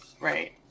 Right